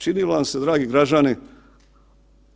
Čini li vam se dragi građani